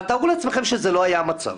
אבל תארו לעצמכם שזה לא היה המצב.